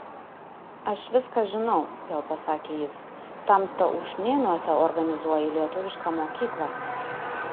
aš viską žinau vėl pasakė jis tamsta ušnėnuose organizuoji lietuvišką mokyklą